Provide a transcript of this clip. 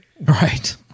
Right